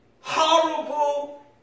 Horrible